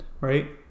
right